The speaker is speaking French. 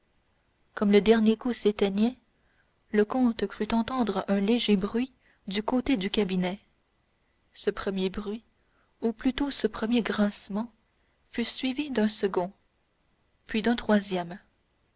comme le dernier coup s'éteignait le comte crut entendre un léger bruit du côté du cabinet ce premier bruit ou plutôt ce premier grincement fut suivi d'un second puis d'un troisième